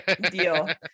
Deal